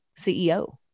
CEO